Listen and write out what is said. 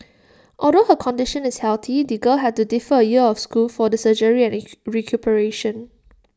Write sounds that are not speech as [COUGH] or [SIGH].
although her condition is healthy the girl had to defer A year of school for the surgery and [NOISE] recuperation